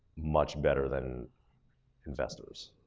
much better than investors,